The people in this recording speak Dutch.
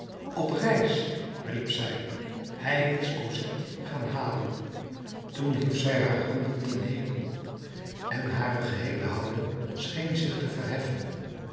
op reis riep zij hij is cosette gaan halen toen hief zij haar handen ten hemel en haar geheele houding scheen zich te verheffen